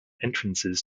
entrances